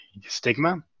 stigma